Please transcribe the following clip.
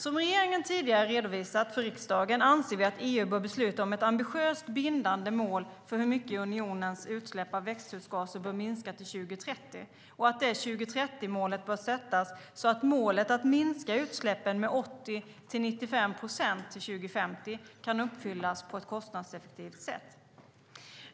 Som regeringen tidigare redovisat för riksdagen anser vi att EU bör besluta om ett ambitiöst bindande mål för hur mycket unionens utsläpp av växthusgaser bör minska till 2030 och att det 2030-målet bör sättas så att målet att minska utsläppen med 80-95 procent till 2050 kan uppfyllas på ett kostnadseffektivt sätt.